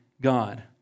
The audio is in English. God